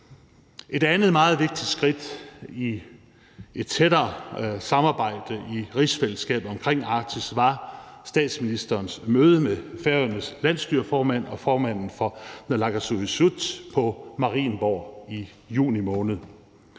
Et andet meget vigtigt skridt i et tættere samarbejde i rigsfællesskabet om Arktis var statsministerens møde med Færøernes landsstyreformand og formanden for naalakkersuisut på Marienborg i juni måned.